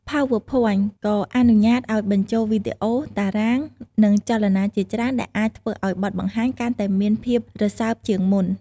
PowerPoint ក៏អនុញ្ញាតិឱ្យបញ្ចូលវីដេអូ តារាង និងចលនាជាច្រើនដែលអាចធ្វើឱ្យបទបង្ហាញកាន់តែមានភាពរស៊ើបជាងមុន។